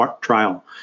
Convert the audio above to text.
trial